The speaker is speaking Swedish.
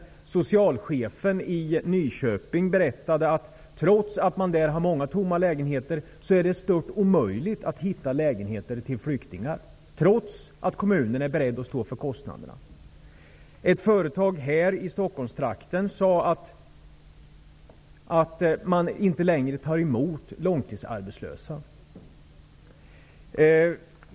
Där berättade socialchefen i Nyköping att det är stört omöjligt att hitta lägenheter till flyktingar, trots att det finns många tomma lägenheter och trots att kommunen är beredd att stå för kostnaderna. På ett företag i Stockholmstrakten sade man att man inte längre tar emot långtidsarbetslösa.